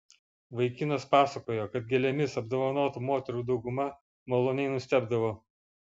vaikinas pasakojo kad gėlėmis apdovanotų moterų dauguma maloniai nustebdavo